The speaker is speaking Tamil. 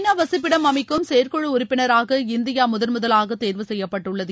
நா வசிப்பிடம் அமைக்கும் செயற்குழு உறுப்பினராக இந்தியா முதன்முதலாக தேர்வு செய்யப்பட்டுள்ளது